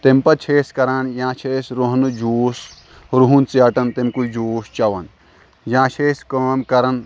تَمہِ پَتہٕ چھِ أسۍ کَران یا چھِ أسۍ رۄہنہٕ جوٗس رۄہَن ژیٹان تَمہِ کُے جوٗس چٮ۪وان یا چھِ أسۍ کٲم کَران